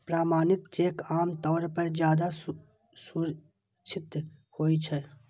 प्रमाणित चेक आम तौर पर ज्यादा सुरक्षित होइ छै